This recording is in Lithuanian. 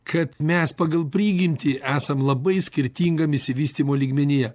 kad mes pagal prigimtį esam labai skirtingam išsivystymo lygmenyje